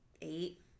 eight